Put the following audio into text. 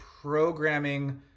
programming